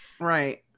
right